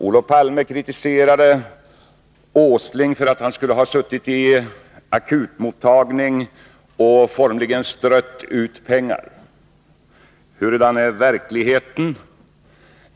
Olof Palme kritiserade Nils Åsling för att denne suttit i akutmottagningar och formligen strött ut pengar. Hurudan är då verkligheten?